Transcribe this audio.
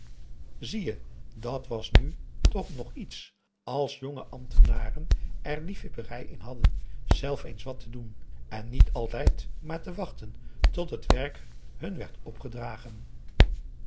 zie je dat was nu toch nog iets als jonge ambtenaren er liefhebberij in hadden zelf eens wat te doen en niet altijd maar wachten tot het werk hun werd opgedragen